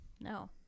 No